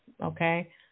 okay